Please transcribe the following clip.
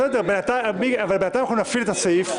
בסדר, אבל בינתיים נפעיל את הסעיף.